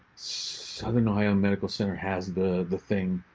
southern ohio medical center has the the thing.